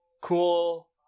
cool